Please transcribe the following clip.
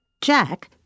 Jack